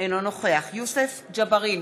אינו נוכח יוסף ג'בארין,